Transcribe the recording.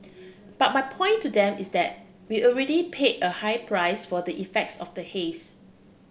but my point to them is that we already pay a high price for the effects of the haze